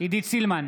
עידית סילמן,